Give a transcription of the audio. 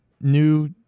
New